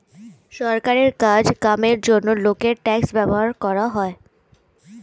সরকারের কাজ কামের জন্যে লোকের ট্যাক্স ব্যবহার হয়